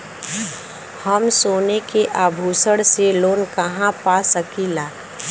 हम सोने के आभूषण से लोन कहा पा सकीला?